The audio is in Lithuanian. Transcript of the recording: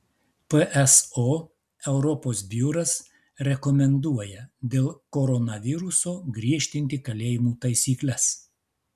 pso europos biuras rekomenduoja dėl koronaviruso griežtinti kalėjimų taisykles